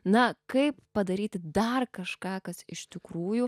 na kaip padaryti dar kažką kas iš tikrųjų